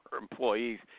employees